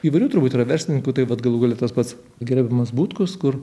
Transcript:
įvairių turbūt yra verslininkų tai vat galų gale tas pats gerbiamas butkus kur